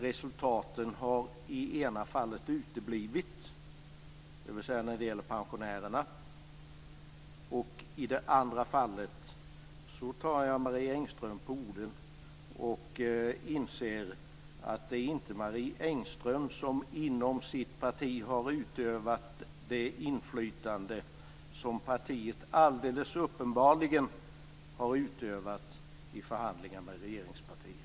Resultatet har i det ena fallet, när det gäller pensionärerna, uteblivit. I det andra fallet tar jag Marie Engström på orden och inser att det inte är Marie Engström som inom sitt parti har legat bakom att partiet på denna punkt alldeles uppenbarligen har utövat inflytande i förhandlingar med regeringspartiet.